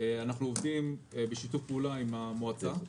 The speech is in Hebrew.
אנחנו עובדים בשיתוף פעולה עם המועצה,